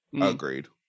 Agreed